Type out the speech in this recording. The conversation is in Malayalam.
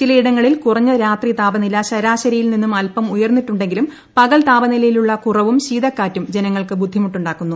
ചിലയിടങ്ങളിൽ കുറഞ്ഞ രാത്രി താപനില ശരാശരിയിൽ നിന്നും അല്പം ഉയർന്നിട്ടുണ്ടെങ്കിലും പകൽ താപനിലയിലുള്ള കുറവും ശീതക്കാറ്റും ജനങ്ങൾക്ക് ബുദ്ധിമുട്ടുണ്ടാക്കുന്നു